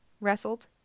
wrestled